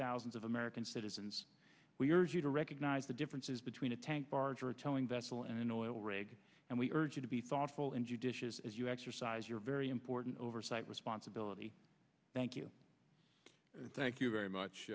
thousands of american citizens we urge you to recognize the differences between a tank barger a telling vessel and an oil rig and we urge you to be thoughtful and you dishes as you exercise your very important oversight responsibility thank you thank you very much